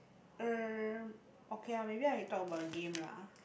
uh okay ah maybe I talk about the game lah